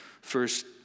first